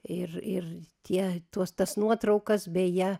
ir ir tie tuos tas nuotraukas beje